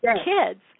kids